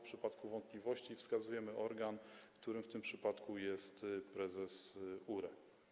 W przypadku wątpliwości wskazujemy organ, którym w tym przypadku jest prezes URE.